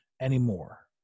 anymore